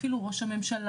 אפילו רוה"מ,